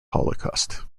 holocaust